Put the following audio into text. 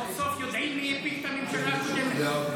סוף-סוף יודעים מי הפיל את הממשלה הקודמת.